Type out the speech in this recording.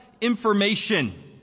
information